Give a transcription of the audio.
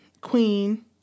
Queen